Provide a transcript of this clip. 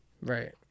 Right